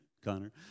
Connor